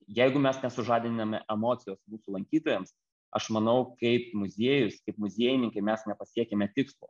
jeigu mes nesužadindame emocijos mūsų lankytojams aš manau kaip muziejus kaip muziejininkai mes nepasiekiame tikslo